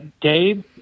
Dave